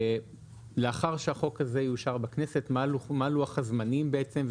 לאחר שהחוק הזה יאושר בכנסת, מה לוח הזמנים בעצם?